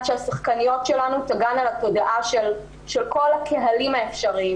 שהשחקניות שלנו תגענה לתודעה של כל הקהלים האפשריים